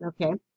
okay